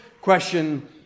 question